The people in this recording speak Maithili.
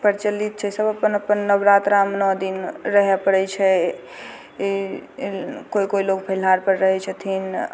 प्रचलित छै सब अपन अपन नवरात्रामे नओ दिन रहए पड़ै छै कोइ कोइ लोग फलाहार पर रहै छथिन